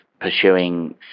pursuing